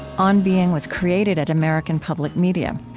on being was created at american public media.